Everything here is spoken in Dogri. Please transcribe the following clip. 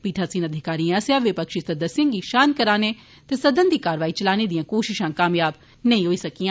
पीठासीन अधिकारी आस्सेआ विपक्षी सदस्यें गी शांत करने ते सदन दी कारवाई चलाने दियां कोशिशां कामयाब नेई होई सकियां